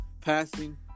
passing